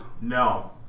No